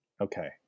Okay